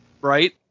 right